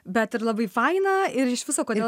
bet ir labai faina ir iš viso kodėl